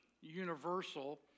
universal